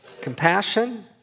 compassion